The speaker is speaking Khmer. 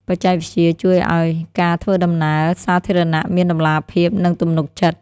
បច្ចេកវិទ្យាជួយឱ្យការធ្វើដំណើរសាធារណៈមានតម្លាភាព និងទំនុកចិត្ត។